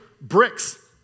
bricks